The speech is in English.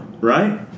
right